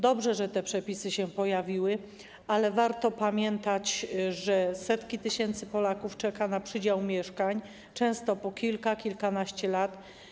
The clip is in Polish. Dobrze, że te przepisy się pojawiły, ale warto pamiętać, że setki tysięcy Polaków czeka na przydział mieszkań często po kilka, kilkanaście lat.